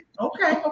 Okay